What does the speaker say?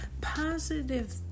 Positive